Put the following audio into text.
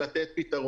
עשית משהו ברור.